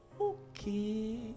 okay